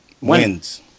wins